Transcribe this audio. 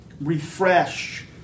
refresh